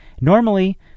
Normally